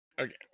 Okay